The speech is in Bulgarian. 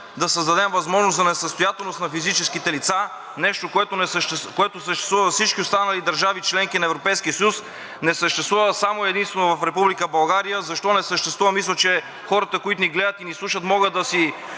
да създадем възможност за несъстоятелност на физическите лица, нещо, което съществува във всички останали държави – членки на Европейския съюз, не съществува само и единствено в Република България. Защо не съществува? Мисля, че хората, които ни гледат и ни слушат могат, да си